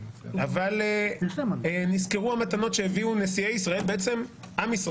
נסקרו המתנות שהביא עם ישראל על ידי